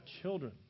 children